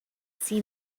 seen